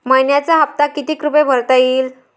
मइन्याचा हप्ता कितीक रुपये भरता येईल?